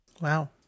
Wow